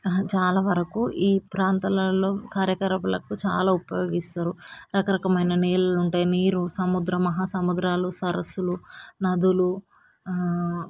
చాలా వరకు ఈ ప్రాంతాలలో కార్యకలాపాలకు చాలా ఉపయోగిస్తారు రకరకమైన నేలలు ఉంటాయి నీరు సముద్రం మహాసముద్రాలు సరస్సులు నదులు